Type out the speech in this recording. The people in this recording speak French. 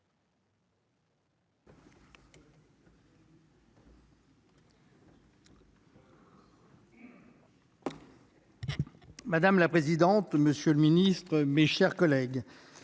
Madame la présidente, monsieur le ministre, mes chers collègues,